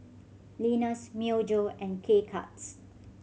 Lenas Myojo and K Cuts